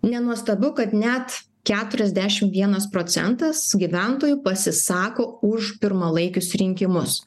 nenuostabu kad net keturiasdešimt vienas procentas gyventojų pasisako už pirmalaikius rinkimus